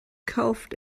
kauft